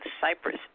Cyprus